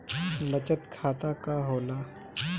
बचत खाता का होला?